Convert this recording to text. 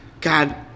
God